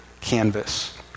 canvas